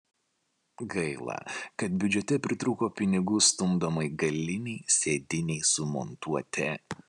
gaila kad biudžete pritrūko pinigų stumdomai galinei sėdynei sumontuoti